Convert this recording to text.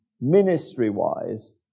ministry-wise